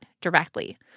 directly